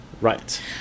Right